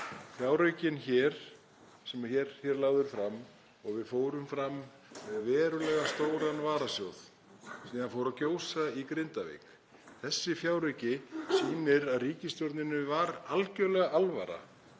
Fjáraukinn sem hér er lagður fram — og við fórum fram með verulega stóran varasjóð en síðan fór að gjósa í Grindavík — þessi fjárauki sýnir að ríkisstjórninni var algerlega alvara